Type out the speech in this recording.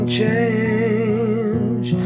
change